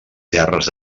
terres